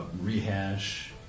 rehash